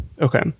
Okay